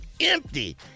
empty